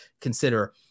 consider